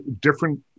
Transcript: different